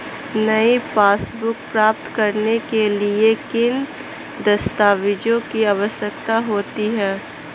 नई पासबुक प्राप्त करने के लिए किन दस्तावेज़ों की आवश्यकता होती है?